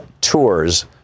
tours